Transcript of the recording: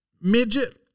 midget